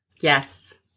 Yes